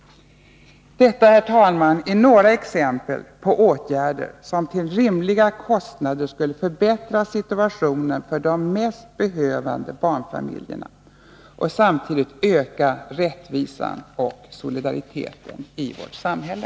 Detta, herr talman, är några exempel på åtgärder som till rimliga kostnader skulle förbättra situationen för de mest behövande barnfamiljerna och samtidigt öka valfriheten, rättvisan och solidariteten i vårt samhälle.